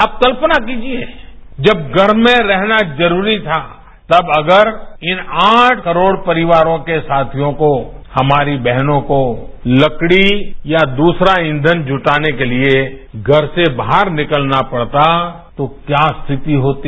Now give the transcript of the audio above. आप कल्पना कीजिए जब घर में रहना जरूरी था तब अगर इन आठ करोड परिवारों के साथियों को हमारी बहनों को लकड़ी या द्रसरा ईंधन जुटाने के लिए घर से बाहर निकलना पड़ता तो क्या स्थिति होती